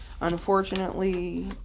unfortunately